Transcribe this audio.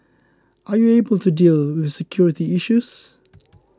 are you able to deal with security issues